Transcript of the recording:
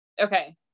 Okay